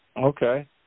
Okay